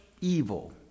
evil